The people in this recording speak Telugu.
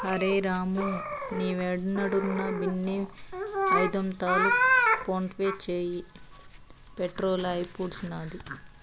అరె రామూ, నీవేడున్నా బిన్నే ఐదొందలు ఫోన్పే చేయి, పెట్రోలు అయిపూడ్సినాది